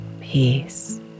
peace